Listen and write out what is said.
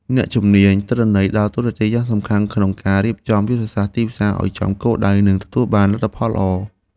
អ្នកជំនាញទិន្នន័យដើរតួនាទីយ៉ាងសំខាន់ក្នុងការរៀបចំយុទ្ធសាស្ត្រទីផ្សារឱ្យចំគោលដៅ និងទទួលបានលទ្ធផលល្អ។